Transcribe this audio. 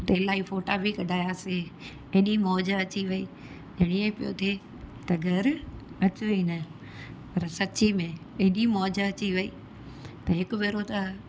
त इलाही फोटा बि कढायासीं एॾी मौज अची वई ॼण ईअं पियो थिए त घर अचूं ई न पर सची में एॾी मौज अची वई त हिकु भेरो त